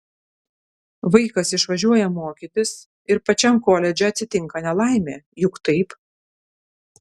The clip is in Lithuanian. vaikas išvažiuoja mokytis ir pačiam koledže atsitinka nelaimė juk taip